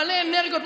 מלא אנרגיות,